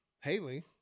Haley